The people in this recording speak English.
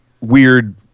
weird